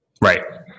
Right